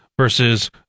Versus